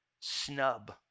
snub